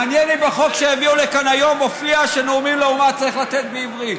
מעניין אם בחוק שיביאו לכאן היום מופיע שנאומים לאומה צריך לתת בעברית,